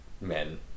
men